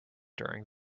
during